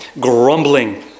grumbling